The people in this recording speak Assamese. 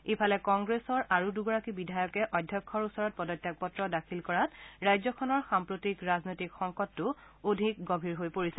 ইফালে কংগ্ৰেছৰ আৰু দুগৰাকী বিধায়কে অধ্যক্ষৰ ওচৰত পদত্যাগ পত্ৰ দাখিল কৰাত ৰাজ্যখনৰ সাম্প্ৰতিক ৰাজনৈতিক সংকটটো অধিক গভীৰ হৈ পৰিছে